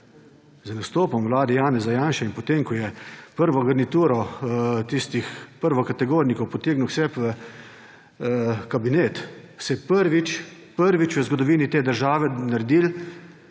Z nastopom vlade Janeza Janše in potem ko je prvo garnituro tistih prvokategornikov potegnil k sebi v kabinet, se je prvič, prvič, v zgodovini te države naredilo,